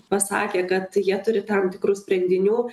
pasakė kad jie turi tam tikrų sprendinių